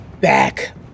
back